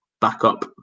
backup